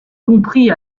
compris